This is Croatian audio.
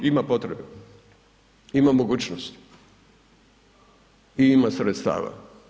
Ima potrebe, ima mogućnosti i ima sredstava.